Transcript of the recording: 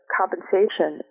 compensation